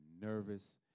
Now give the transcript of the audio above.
nervous